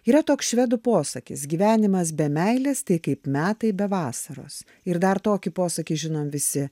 yra toks švedų posakis gyvenimas be meilės tai kaip metai be vasaros ir dar tokį posakį žino visi